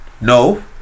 No